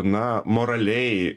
na moraliai